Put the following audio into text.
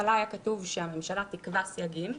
בהתחלה היה כתוב שהממשלה תקבע סייגים,